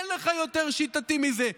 אין לך יותר שיטתי מזה,